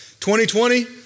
2020